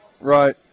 Right